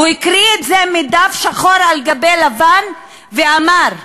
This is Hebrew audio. הוא הקריא את זה, מדף, שחור על גבי לבן, ואמר: